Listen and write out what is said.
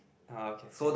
oh okay ya